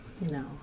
No